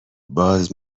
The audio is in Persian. باز